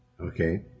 Okay